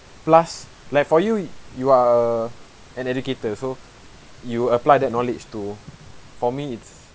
plus like for you you are a an educator so you apply that knowledge to for me it's